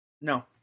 No